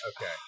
Okay